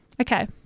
Okay